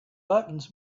buttons